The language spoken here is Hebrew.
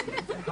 אני רוצה,